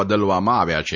બદલવામાં આવ્યા છે